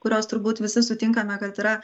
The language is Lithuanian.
kurios turbūt visi sutinkame kad yra